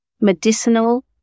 medicinal